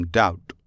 doubt